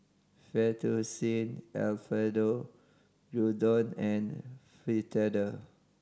Fettuccine Alfredo Gyudon and Fritada